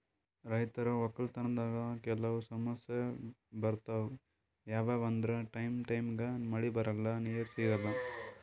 ರೈತರ್ ವಕ್ಕಲತನ್ದಾಗ್ ಕೆಲವ್ ಸಮಸ್ಯ ಬರ್ತವ್ ಯಾವ್ಯಾವ್ ಅಂದ್ರ ಟೈಮ್ ಟೈಮಿಗ್ ಮಳಿ ಬರಲ್ಲಾ ನೀರ್ ಸಿಗಲ್ಲಾ